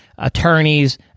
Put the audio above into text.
attorneys